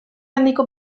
handiko